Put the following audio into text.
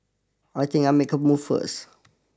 I think I'll make a move first